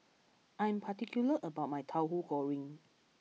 I am particular about my Tahu Goreng